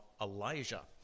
Elijah